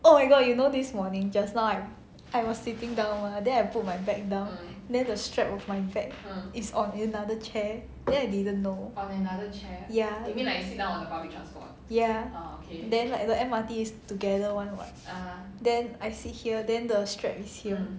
oh my god you know this morning just now I was sitting down mah then I put my bag down then the strap of my bag is on another chair then I didn't know ya ya then like the M_R_T is together [one] then I sit here then the strap is here